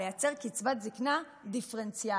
לייצר קצבת זקנה דיפרנציאלית.